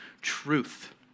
truth